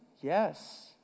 Yes